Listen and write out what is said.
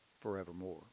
forevermore